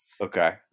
Okay